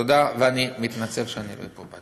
תודה, ואני מתנצל, תודה רבה.